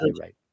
right